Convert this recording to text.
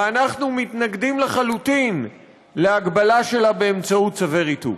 ואנחנו מתנגדים לחלוטין להגבלה שלה באמצעות צווי ריתוק.